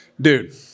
dude